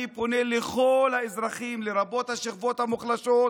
אני פונה לכל האזרחים, לרבות השכבות המוחלשות,